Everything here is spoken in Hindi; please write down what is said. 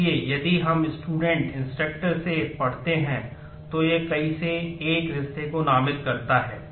इसलिए यदि हम स्टूडेंट से पढ़ते हैं तो यह कई से एक रिश्ते को भी नामित करता है